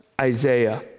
Isaiah